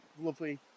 lovely